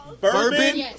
Bourbon